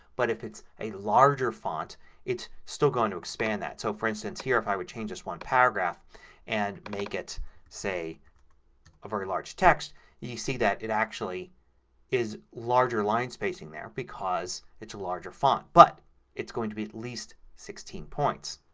but if it's a larger font it's still going to expand that. so, for instance, here if i were to change this one paragraph and make it say a very large text you see that it actually is larger line spacing there because it's a larger font. but it's going to be at least sixteen points.